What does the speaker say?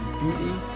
beauty